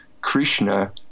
Krishna